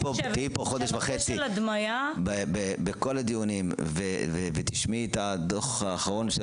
פה בכל הדיונים ותשמעי את הדוח האחרון של